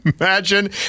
imagine